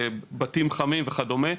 בתים חמים וכדומה.